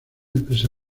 empresa